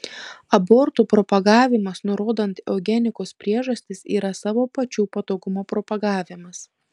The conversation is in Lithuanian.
abortų propagavimas nurodant eugenikos priežastis yra savo pačių patogumo propagavimas